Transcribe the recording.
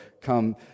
come